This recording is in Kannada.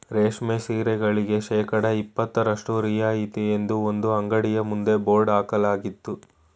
ರೇಷ್ಮೆ ಸೀರೆಗಳಿಗೆ ಶೇಕಡಾ ಇಪತ್ತರಷ್ಟು ರಿಯಾಯಿತಿ ಎಂದು ಒಂದು ಅಂಗಡಿಯ ಮುಂದೆ ಬೋರ್ಡ್ ಹಾಕಲಾಗಿತ್ತು